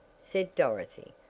said dorothy,